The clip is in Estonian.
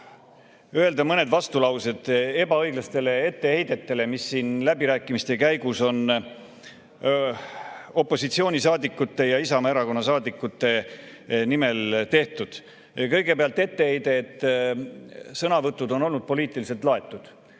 öelda mõned vastulaused ebaõiglastele etteheidetele, mis siin läbirääkimiste käigus on opositsioonisaadikute ja Isamaa Erakonna saadikute nimel tehtud. Kõigepealt etteheide, et sõnavõtud on olnud poliitiliselt laetud.